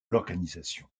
l’organisation